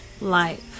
life